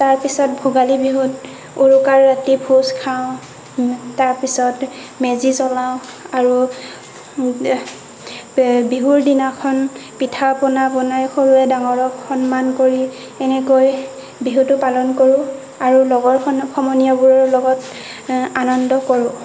তাৰ পিছত ভোগালী বিহুত উৰুকাৰ ৰাতি ভোজ খাওঁ তাৰ পিছত মেজি জলাওঁ আৰু বিহুত দিনাখন পিঠা পনা বনাই সৰুৱে ডাঙৰক সন্মান কৰি এনেকৈ বিহুটো পালন কৰোঁ আৰু লগৰ সন সমনীয়াবোৰৰ লগত আনন্দ কৰোঁ